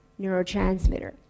neurotransmitter